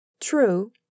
true